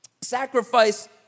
sacrifice